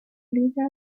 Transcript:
liga